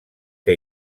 que